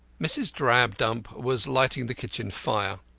mrs. drabdump was lighting the kitchen fire.